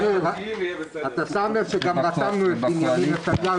הישיבה ננעלה